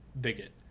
bigot